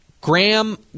Graham